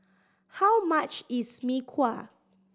how much is Mee Kuah